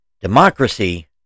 democracy